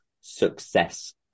success